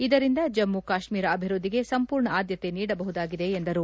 ಇದರಿಂದ ಜಮ್ಮ ಕಾಶ್ಮೀರ ಅಭಿವೃದ್ದಿಗೆ ಸಂಪೂರ್ಣ ಆದ್ದತೆ ನೀಡಬಹುದಾಗಿದೆ ಎಂದರು